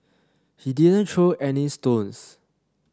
he didn't throw any stones